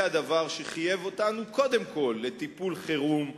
זה הדבר שחייב אותנו קודם כול לטיפול חירום,